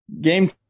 Game